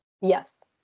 yes